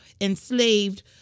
enslaved